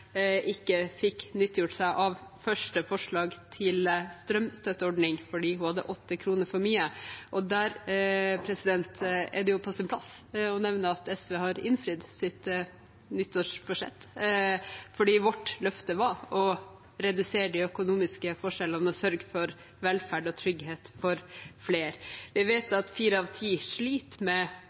ikke fikk nyttiggjort seg det første forslaget til strømstøtteordning fordi hun hadde 8 kr for mye. Der er det på sin plass å nevne at SV har innfridd sitt nyttårsforsett, for vårt løfte var å redusere de økonomiske forskjellene og sørge for velferd og trygghet for flere. Vi vet at fire av ti sliter med